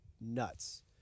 nuts